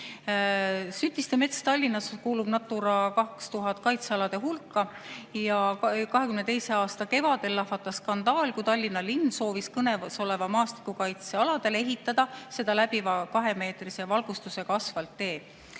Sütiste mets Tallinnas kuulub Natura 2000 kaitsealade hulka. 2022. aasta kevadel lahvatas skandaal, kui Tallinna linn soovis kõnealusele maastikukaitsealale ehitada seda läbiva [kolm] meetrit laia valgustusega asfalttee.